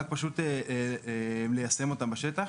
רק ליישם אותם בשטח.